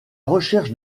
recherche